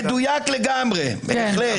מדויק לגמרי, בהחלט.